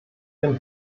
dem